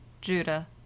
judah